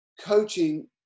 coaching